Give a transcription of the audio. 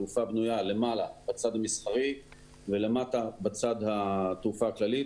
התעופה בנויה למעלה בצד המסחרי ולמטה בצד התעופה הכללית.